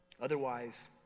Otherwise